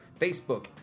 Facebook